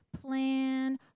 plan